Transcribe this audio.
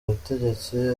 abategetsi